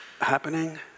happening